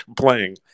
playing